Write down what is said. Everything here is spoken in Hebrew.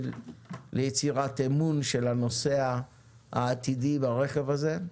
ליצירת אמון של הנוסע העתידי ברכב הזה.